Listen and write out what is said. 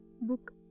book